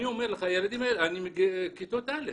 אני אומר לך, כיתות א.